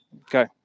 Okay